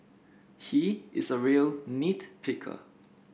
he is a real nit picker